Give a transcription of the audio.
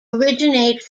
originate